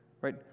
Right